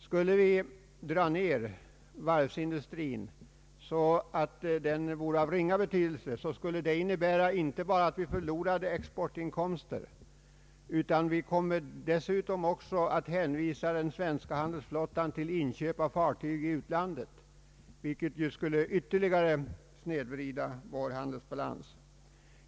Om vi drog ned varvsindustrin så att den vore av ringa betydelse skulle det innebära inte bara att vi förlorar exportinkomster, utan vi kommer dessutom att hänvisa den svenska handelsflottan till inköp av fartyg i utlandet, vilket ytterligare skulle snedvrida vår handelsbalans.